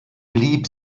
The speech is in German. blieb